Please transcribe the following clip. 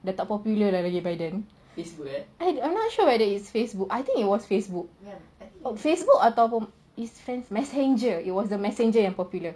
dah tak popular by then I am not sure if it was facebook oh I think it was facebook facebook atau messenger it was the messenger yang popular